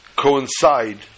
coincide